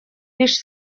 лишь